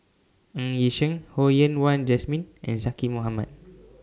Ng Yi Sheng Ho Yen Wah Jesmine and Zaqy Mohamad